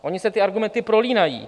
Ony se ty argumenty prolínají.